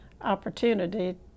opportunity